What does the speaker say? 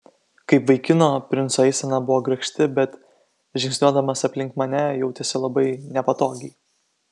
kaip vaikino princo eisena buvo grakšti bet žingsniuodamas aplink mane jautėsi labai nepatogiai